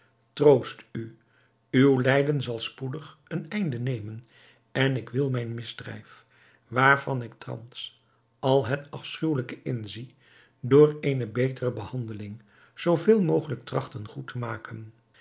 troost u uw lijden zal spoedig een einde nemen en ik wil mijn misdrijf waarvan ik thans al het afschuwelijke inzie door eene betere behandeling zoo veel mogelijk trachten goed te maken